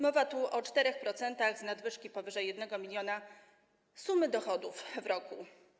Mowa tu o 4% z nadwyżki powyżej 1 mln sumy dochodów w roku.